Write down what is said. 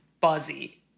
buzzy